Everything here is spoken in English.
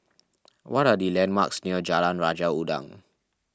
what are the landmarks near Jalan Raja Udang